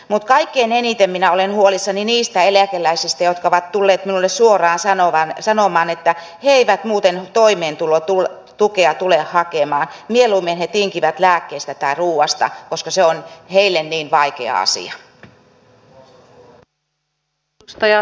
mutta kaikkein eniten minä olen huolissani niistä eläkeläisistä jotka ovat tulleet minulle suoraan sanomaan että he eivät muuten toimeentulotukea tule hakemaan mieluummin he tinkivät lääkkeistä tai ruuasta koska se on heille niin vaikea asia